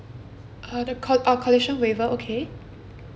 uh the co~ oh collision waiver okay